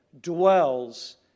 dwells